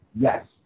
yes